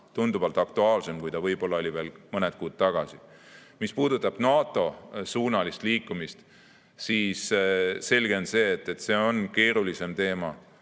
tunduvalt aktuaalsem, kui ta oli veel mõned kuud tagasi. Mis puudutab NATO suunas liikumist, siis selge on see, et see on keerulisem teema.